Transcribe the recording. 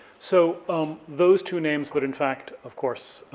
so those two names, but in fact, of course,